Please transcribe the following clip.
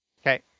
Okay